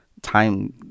time